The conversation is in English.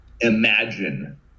imagine